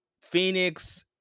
Phoenix